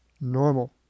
normal